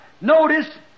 Notice